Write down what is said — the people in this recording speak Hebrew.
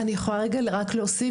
אני יכולה רגע רק להוסיף?